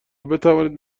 بتوانند